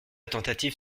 tentative